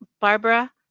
Barbara